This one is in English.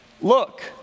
Look